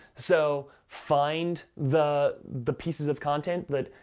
so find the the pieces of content that,